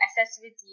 accessibility